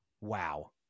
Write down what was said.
Wow